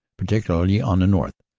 particularly on the north,